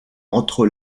entre